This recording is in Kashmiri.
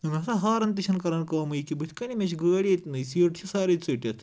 نَسا ہارَان تہِ چھَنہٕ کَران کٲمٕے یہ کیاہ بٔتھۍ کَنے مےٚ چھِ گٲڑۍ ییٚتنٕے سیٖٹ چھِ سارے ژٹتھ